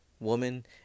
Woman